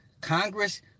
Congress